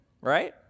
Right